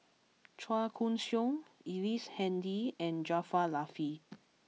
Chua Koon Siong Ellice Handy and Jaafar Latiff